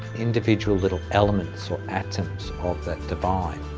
individual little elements or atoms of that devine.